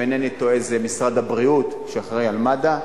שאם אינני טועה זה משרד הבריאות, שאחראי למד"א,